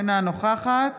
נוכחת